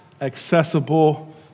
accessible